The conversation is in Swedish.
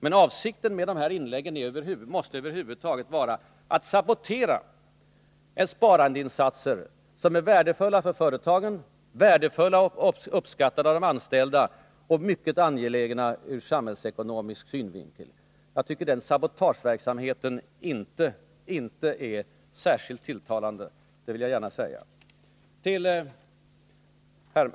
Men avsikten med Kjell-Olof Feldts inlägg måste vara att sabotera sparandeinsatser som är värdefulla för företagen, värdefulla för och uppskattade av de anställda samt mycket angelägna ur samhällsekonomisk synvinkel. Den sabotageverksamheten är inte särskilt tilltalande.